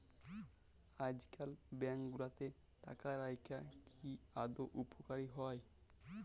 আইজকাল ব্যাংক গুলাতে টাকা রাইখা কি আদৌ উপকারী হ্যয়